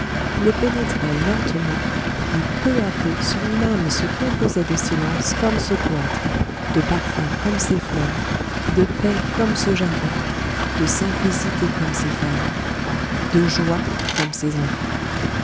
le pénétraient lentement et peu à peu son âme se composait de silence comme ce cloître de parfum comme ces fleurs de paix comme ce jardin de simplicité comme ces femmes de joie comme ces enfants